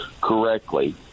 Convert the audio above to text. correctly